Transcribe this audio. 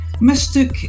mistook